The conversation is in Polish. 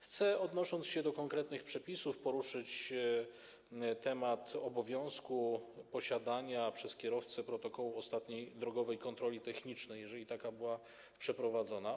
Chcę, odnosząc się do konkretnych przepisów, poruszyć temat obowiązku posiadania przez kierowcę protokołu ostatniej drogowej kontroli technicznej, jeżeli taka była przeprowadzona.